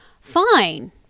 Fine